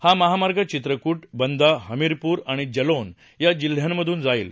हा महामार्ग चित्रकूट बंदा हमीरपूर आणि जलौन या जिल्ह्यांमधून जाईल